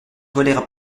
volèrent